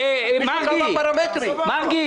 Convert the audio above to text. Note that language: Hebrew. ואם